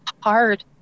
hard